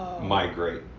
migrate